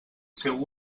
seu